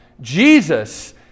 Jesus